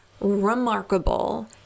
remarkable